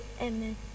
Amen